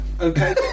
Okay